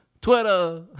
Twitter